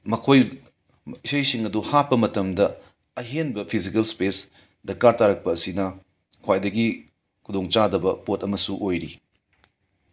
ꯃꯈꯣꯏ ꯏꯁꯩꯁꯤꯡ ꯑꯗꯣ ꯍꯥꯞꯄ ꯃꯇꯝꯗ ꯑꯍꯦꯟꯕ ꯐꯤꯖꯤꯀꯦꯜ ꯁ꯭ꯄꯦꯁ ꯗꯔꯀꯥꯔ ꯇꯥꯥꯔꯛꯄ ꯑꯁꯤꯅ ꯈ꯭ꯋꯥꯏꯗꯒꯤ ꯈꯨꯗꯣꯡ ꯆꯥꯗꯕ ꯄꯣꯠ ꯑꯃꯁꯨ ꯑꯣꯏꯔꯤ